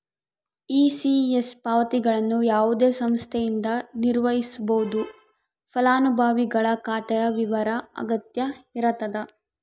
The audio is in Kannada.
ಇ.ಸಿ.ಎಸ್ ಪಾವತಿಗಳನ್ನು ಯಾವುದೇ ಸಂಸ್ಥೆಯಿಂದ ನಿರ್ವಹಿಸ್ಬೋದು ಫಲಾನುಭವಿಗಳ ಖಾತೆಯ ವಿವರ ಅಗತ್ಯ ಇರತದ